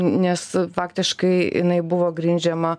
nes faktiškai jinai buvo grindžiama